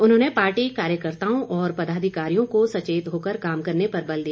उन्होंने पार्टी कार्यकर्ताओं और पदाधिकारियों के सचेत होकर काम करने पर बल दिया